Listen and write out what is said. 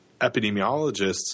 epidemiologists